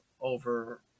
over